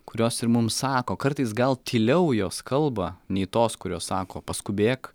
kurios ir mums sako kartais gal tyliau jos kalba nei tos kurios sako paskubėk